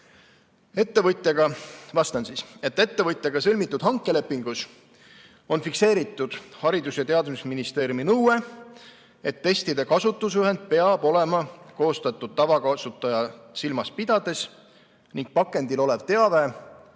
ennetada? Vastan. Ettevõtjaga sõlmitud hankelepingus on fikseeritud Haridus‑ ja Teadusministeeriumi nõue, et testide kasutusjuhend peab olema koostatud tavakasutajat silmas pidades ning pakendil olev teave